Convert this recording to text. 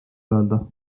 öelda